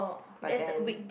but then